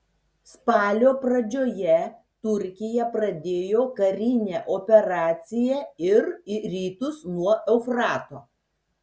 spalio pradžioje turkija pradėjo karinę operaciją ir į rytus nuo eufrato